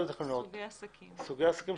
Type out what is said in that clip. סוגי עסקים.